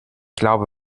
glaube